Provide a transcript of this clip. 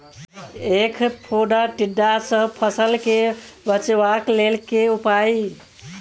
ऐंख फोड़ा टिड्डा सँ फसल केँ बचेबाक लेल केँ उपाय?